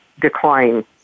decline